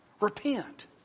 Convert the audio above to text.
Repent